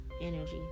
energy